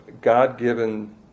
God-given